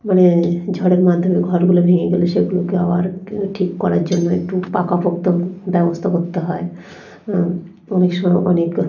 মানে ঝড়ের মাধ্যমে ঘরগুলো ভেঙে গেলে সেগুলোকে আবার ঠিক করার জন্য একটু পাকাপোক্ত ব্যবস্থা করতে হয় অনেক সময় অনেক